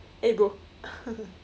eh bro